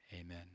Amen